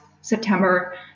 September